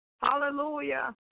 Hallelujah